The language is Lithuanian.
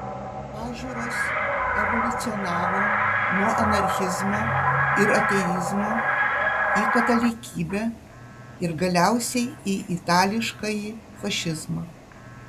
pažiūros evoliucionavo nuo anarchizmo ir ateizmo į katalikybę ir galiausiai į itališkąjį fašizmą